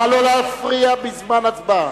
נא לא להפריע בזמן הצבעה,